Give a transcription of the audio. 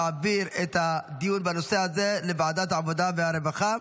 להעביר את הדיון בנושא הזה לוועדת העבודה והרווחה.